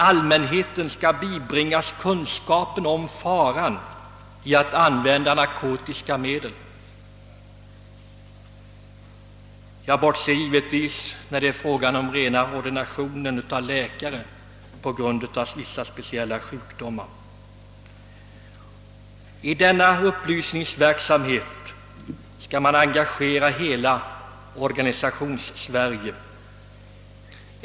Allmänheten skall bibringas kunskap om faran i användandet av narkotiska medel. Jag bortser givetvis från ordinationer av läkare på grund av speciella sjukdomar. I denna upplysningsverksamhet skall man engagera hela organisations-Sverige.